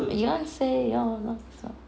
beyonce